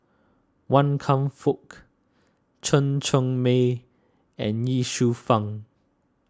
Wan Kam Fook Chen Cheng Mei and Ye Shufang